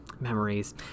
Memories